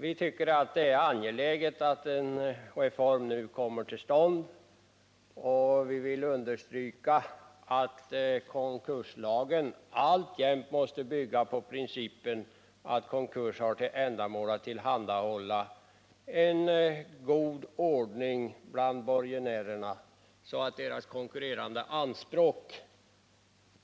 Vi tycker att det är angeläget att en reform nu kommer till stånd och vill understryka, att konkurslagen alltjämt måste bygga på principen att konkurs har till ändamål att tillhandahålla en god ordning bland borgenärerna, så att deras konkurrerande anspråk